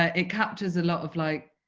ah it captures a lot of like